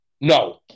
No